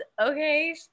okay